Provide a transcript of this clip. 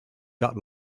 gut